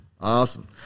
awesome